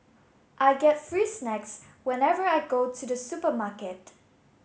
I get free snacks whenever I go to the supermarket